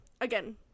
again